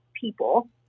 people